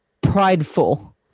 prideful